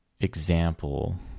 example